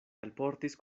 alportis